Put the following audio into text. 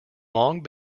long